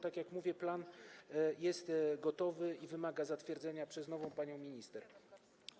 Tak jak mówię, plan jest gotowy i wymaga zatwierdzenia przez nową panią minister.